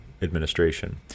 administration